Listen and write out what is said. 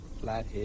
flathead